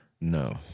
No